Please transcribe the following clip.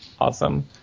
Awesome